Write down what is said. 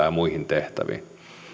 ja muihin tehtäviin